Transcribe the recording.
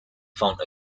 found